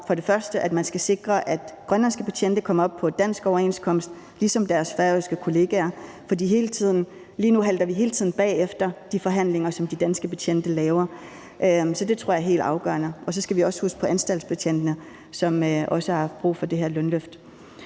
for det første handler om, at man skal sikre, at grønlandske betjente kommer over på en dansk overenskomst ligesom deres færøske kollegaer, for lige nu halter de hele tiden bagefter de forhandlinger, som de danske betjente fører. Så det tror jeg er helt afgørende. Så skal vi også huske på anstaltbetjentene, som også har brug for det her lønløft.